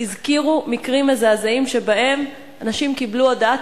הזכירו מקרים מזעזעים שבהם אנשים קיבלו הודעת